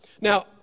Now